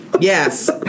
Yes